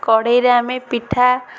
କଢ଼େଇରେ ଆମେ ପିଠା